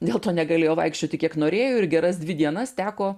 dėl to negalėjo vaikščioti kiek norėjo ir geras dvi dienas teko